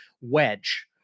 wedge